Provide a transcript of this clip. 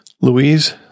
Louise